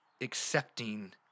accepting